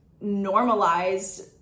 normalized